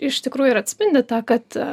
iš tikrųjų ir atspindi tą kad